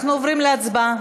אנחנו עוברים להצבעה.